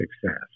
success